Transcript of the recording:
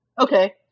Okay